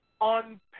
on